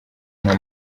nta